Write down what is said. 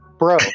Bro